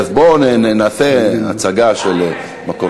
בואו נעשה הצגה של מקום טוב.